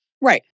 Right